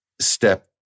step